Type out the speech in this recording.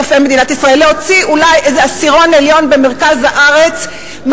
להוציא אולי איזה עשירון עליון במרכז הארץ,